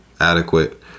adequate